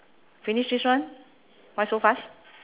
finish this one why so fast